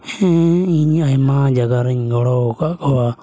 ᱦᱮᱸ ᱤᱧ ᱟᱭᱢᱟ ᱡᱟᱭᱜᱟ ᱨᱮᱧ ᱜᱚᱲᱚ ᱟᱠᱟᱫ ᱠᱚᱣᱟ